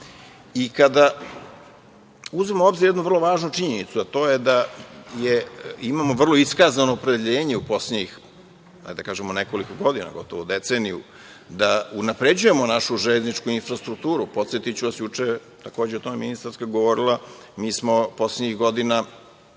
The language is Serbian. uzmemo u obzir jednu vrlo važnu činjenicu, a to je da imamo vrlo iskazano opredeljenje u poslednjih nekoliko godina, gotovo deceniju, da unapređujemo našu železničku infrastrukturu, podsetiću vas, juče je ministarka o tome govorila, mi smo poslednjih godina